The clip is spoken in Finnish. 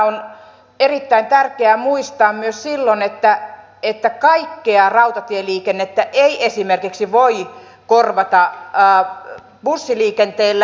on erittäin tärkeää muistaa myös silloin että kaikkea rautatieliikennettä ei esimerkiksi voi korvata bussiliikenteellä